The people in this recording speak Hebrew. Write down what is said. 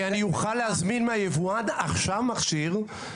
כי אני אוכל להזמין מהיבואן מכשיר עכשיו.